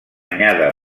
banyada